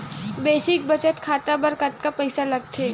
Basic बचत खाता बर कतका पईसा लगथे?